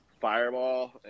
Fireball